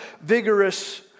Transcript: vigorous